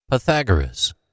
Pythagoras